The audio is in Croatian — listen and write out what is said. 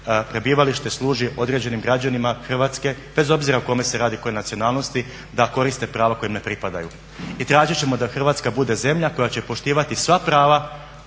prebivalište služi određenim građanima Hrvatske bez obzira o kome se radi i koje je nacionalnosti da koriste prava koja im ne pripadaju. I tražit ćemo da Hrvatska bude zemlja koja će poštivati sva prava,